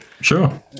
Sure